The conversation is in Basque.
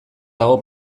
dago